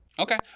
Okay